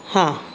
ಹಾಂ